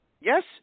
Yes